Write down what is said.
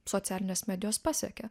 socialinės medijos pasekė